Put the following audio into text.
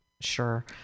sure